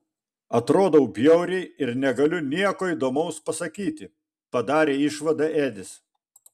atrodau bjauriai ir negaliu nieko įdomaus pasakyti padarė išvadą edis